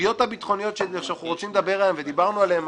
הסוגיות הביטחוניות שנדבר עליהן היום